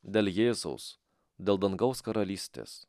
dėl jėzaus dėl dangaus karalystės